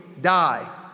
die